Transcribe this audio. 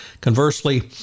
Conversely